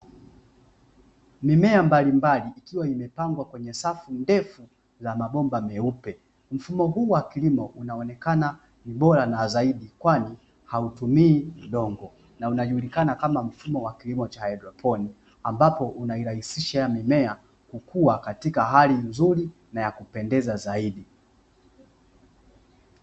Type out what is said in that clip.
Mimea mbalimbali ikiwa imepangwa kwenye safu ndefu za mabomba meupe, mfumo huu wa kilimo unaonekana bora na zaidi kwani hautumii udongo na unajulikana kama mfumo wa kilimo cha hydropon ambapo unairahisishia mimea kukua katika hali nzuri na ya kupendeza zaidi.